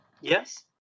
Yes